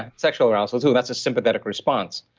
and sexual arousal, so that's a sympathetic response.